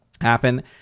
happen